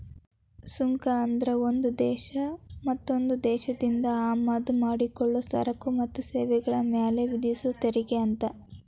ಸುಂಕ ಅಂದ್ರ ಒಂದ್ ದೇಶ ಮತ್ತೊಂದ್ ದೇಶದಿಂದ ಆಮದ ಮಾಡಿಕೊಳ್ಳೊ ಸರಕ ಮತ್ತ ಸೇವೆಗಳ ಮ್ಯಾಲೆ ವಿಧಿಸೊ ತೆರಿಗೆ ಅಂತ